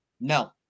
No